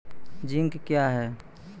Zinc क्या हैं?